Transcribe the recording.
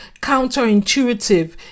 counterintuitive